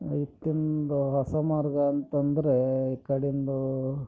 ಇತ್ತಿಂದ ಹೊಸ ಮಾರ್ಗ ಅಂತಂದರೆ ಈ ಕಡಿಂದು